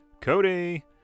Cody